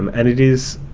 um and it is,